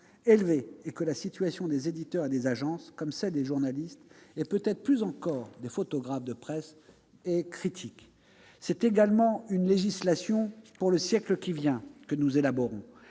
élevé et que la situation des éditeurs et des agences, comme celle des journalistes, et peut-être plus encore des photographes de presse, est critique. C'est également une législation pour le siècle qui vient que nous élaborons,